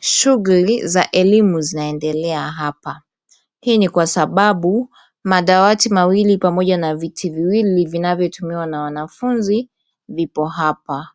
Shughuli za elimu zinaendelea hapa. Hii ni kwa sababu madawati mawili pamoja na viti viwili vinavyotumiwa na wanafunzi vipo hapa.